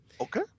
okay